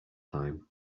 time